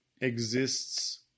Exists